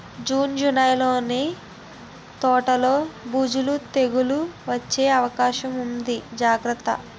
June, జూలైలో నీ తోటలో బూజు, తెగులూ వచ్చే అవకాశముంది జాగ్రత్త